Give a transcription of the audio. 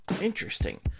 Interesting